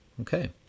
Okay